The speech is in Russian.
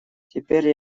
теперь